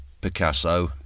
Picasso